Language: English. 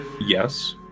Yes